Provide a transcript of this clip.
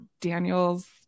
daniel's